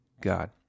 God